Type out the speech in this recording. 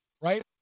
right